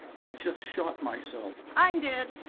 i just shot myself. i'm dead.